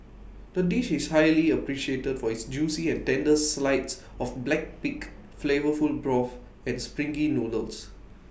the dish is highly appreciated for its juicy and tender slides of black pig flavourful broth and springy noodles